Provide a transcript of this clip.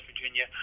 Virginia